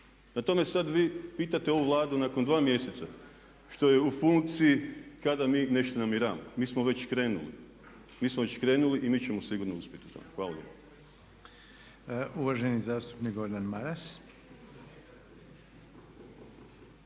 tome, sada vi pitate ovu Vladu nakon 2 mjeseca što je u funkciji kada mi nešto namjeravamo. Mi smo već krenuli, mi smo već krenuli i mi ćemo sigurno uspjeti u tome. Hvala